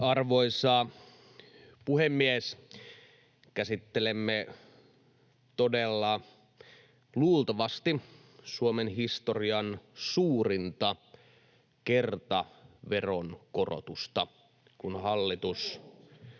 Arvoisa puhemies! Käsittelemme todella luultavasti Suomen historian suurinta kertaveronkorotusta, [Antti